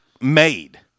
made